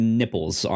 nipples